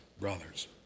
brothers